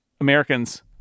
americans